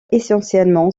essentiellement